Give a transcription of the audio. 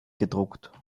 gedruckt